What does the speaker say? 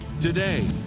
Today